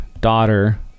daughter